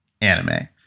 anime